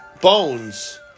bones